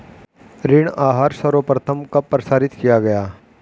ऋण आहार सर्वप्रथम कब प्रसारित किया गया?